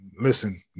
Listen